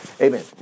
Amen